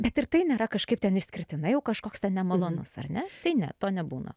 bet ir tai nėra kažkaip ten išskirtinai kažkoks nemalonus ar ne tai ne to nebūna